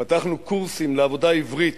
פתחנו קורסים לעבודה עברית,